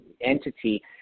entity